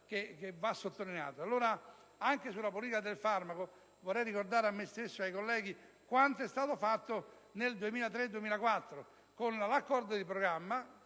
Anche con riferimento alla politica del farmaco vorrei ricordare a me stesso e ai colleghi quanto è stato fatto nel 2003-2004 con l'accordo di programma,